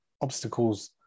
obstacles